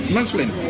Muslim